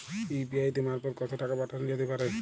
UPI মারফত কত টাকা পাঠানো যেতে পারে?